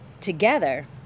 together